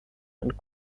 and